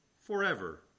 forever